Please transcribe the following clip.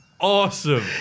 Awesome